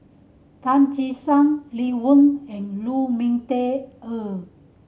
Tan Che Sang Lee Wen and Lu Ming Teh Earl